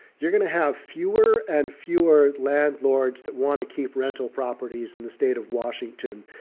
you're going to have fewer and fewer landlords that want to keep rental properties in the state of washington.